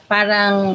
Parang